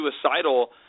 suicidal